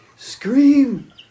Scream